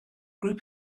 group